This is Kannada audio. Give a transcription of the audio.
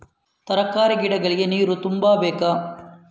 ತರಕಾರಿ ಗಿಡಗಳಿಗೆ ನೀರು ತುಂಬಬೇಕಾ?